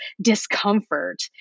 discomfort